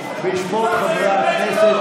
נא לקרוא בשמות חברי הכנסת.